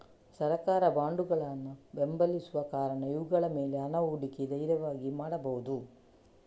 ಸರ್ಕಾರ ಬಾಂಡುಗಳನ್ನ ಬೆಂಬಲಿಸುವ ಕಾರಣ ಇವುಗಳ ಮೇಲೆ ಹಣ ಹೂಡಿಕೆ ಧೈರ್ಯವಾಗಿ ಮಾಡ್ಬಹುದು